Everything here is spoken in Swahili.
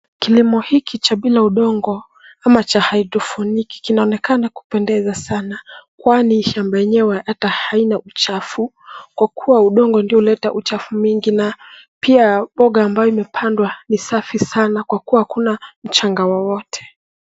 Kilimo hiki cha bila udongo ama cha haidrofoniki kinaonekana kupendeza sana kwani shamba enyewe hata haina uchafu kwa kuwa udongo ulioleta uchafu nyingi na pia mbonga ambayo imepandwa ni safi sana kwa kuwa hakuna mchanga wowote.